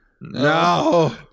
No